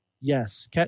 yes